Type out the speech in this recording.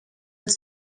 els